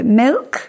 milk